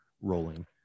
rolling